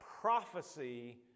prophecy